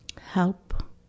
help